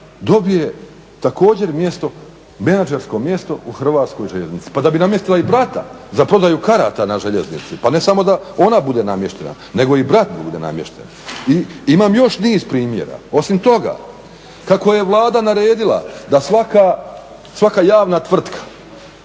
dobije također menadžersko mjesto u Hrvatskoj željeznici. Pa da bi namjestila i brata za prodaju karata na željeznici, pa ne samo da ona bude namještena nego i brat bude namješten. I imam još niz primjera. Osim toga kako je Vlada naredila da svaka javna tvrtka